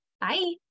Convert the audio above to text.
Bye